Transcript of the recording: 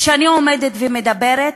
כשאני עומדת ומדברת,